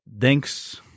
thanks